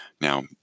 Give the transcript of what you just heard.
Now